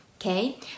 Okay